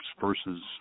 versus